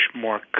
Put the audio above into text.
more